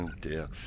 dear